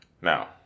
Now